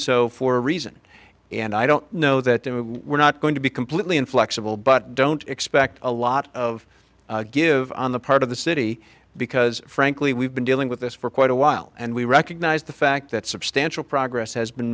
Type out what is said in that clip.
so for a reason and i don't know that we're not going to be completely inflexible but don't expect a lot of give on the part of the city because frankly we've been dealing with this for quite a while and we recognize the fact that substantial progress has been